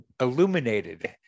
illuminated